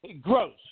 Gross